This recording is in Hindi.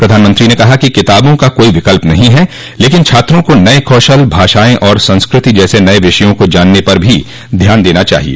प्रधानमंत्री ने कहा कि किताबों का कोई विकल्प नहीं है लेकिन छात्रों को नए कौशल भाषाएं और संस्कृति जैसे नए विषयों को जानने पर भी ध्यान देना चाहिए